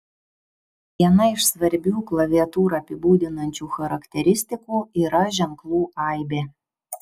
viena iš svarbių klaviatūrą apibūdinančių charakteristikų yra ženklų aibė